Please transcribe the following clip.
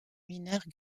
mineurs